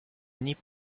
unis